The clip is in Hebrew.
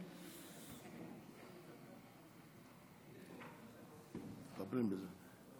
מטפלים בזה.